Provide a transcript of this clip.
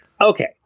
Okay